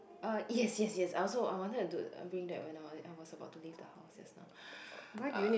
uh yes yes yes I also I wanted to bring that when I I was about to leave the house just now